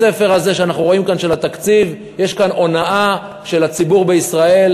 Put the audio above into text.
בספר הזה שאנחנו רואים כאן של התקציב יש הונאה של הציבור בישראל,